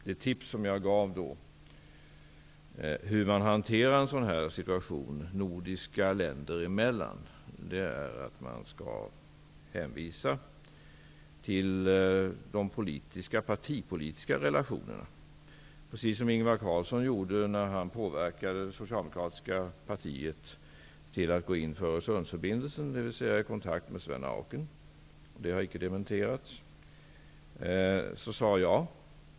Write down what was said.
Det tips som jag gav då om hur man hanterar en sådan här situation nordiska länder emellan var att hänvisa till de partipolitiska relationerna, precis som Ingvar Carlsson gjorde när han påverkade det socialdemokratiska partiet att gå in för Auken. Det har icke dementerats.